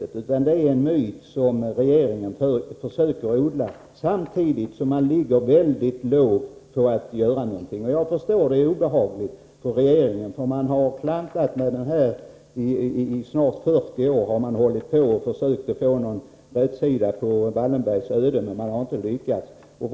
Det handlar om en myt som regeringen försöker odla, samtidigt som regeringen ligger mycket lågt då det gäller att göra någonting. Jag förstår att frågan är obehaglig för regeringen. Man har klantat med den isnart 40 år, när man försökt få rätsida beträffande Raoul Wallenbergs öde.